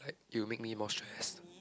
you make me more stress